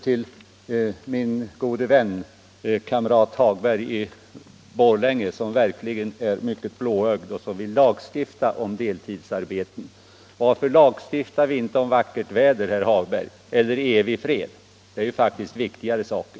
Till min gode vän, kamrat Hagberg i Borlänge, som verkligen är mycket blåögd och vill lagstifta om deltidsarbeten, vill jag säga: Varför lagstiftar vi inte om vackert väder eller evig fred? Det är ju faktiskt viktigare saker.